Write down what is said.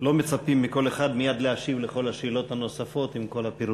לא מצפים מכל אחד מייד להשיב על כל השאלות הנוספות עם כל הפירוטים.